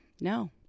no